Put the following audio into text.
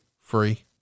free